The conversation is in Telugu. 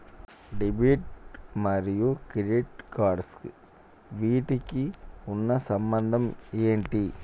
డెబిట్ మరియు క్రెడిట్ కార్డ్స్ వీటికి ఉన్న సంబంధం ఏంటి?